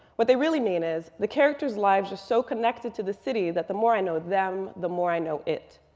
what they really mean is the characters' lives are so connected to the city that the more i know them, the more i know it.